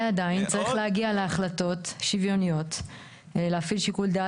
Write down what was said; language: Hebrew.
אנחנו סבורים שזה בהחלט אפשרות שצריך לשקול אותה